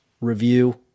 review